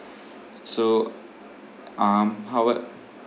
so um however